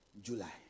July